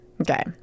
Okay